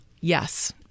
Yes